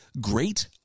Great